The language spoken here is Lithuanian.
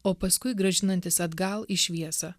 o paskui grąžinantis atgal į šviesą